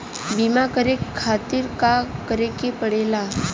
बीमा करे खातिर का करे के पड़ेला?